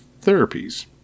therapies